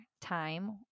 time